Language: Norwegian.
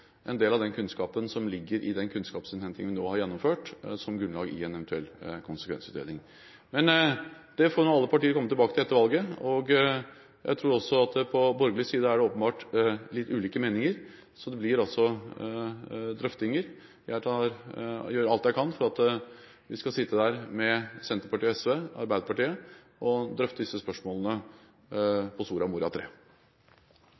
en del av den kunnskapen som ligger i den kunnskapsinnhentingen vi nå har gjennomført, som grunnlag for en eventuell konsekvensutredning. Det får alle partier komme tilbake til etter valget. Jeg tror også at det på borgerlig side åpenbart er litt ulike meninger, så det blir drøftinger. Jeg gjør alt jeg kan for at Senterpartiet, SV og Arbeiderpartiet skal sitte og drøfte disse spørsmålene